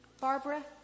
Barbara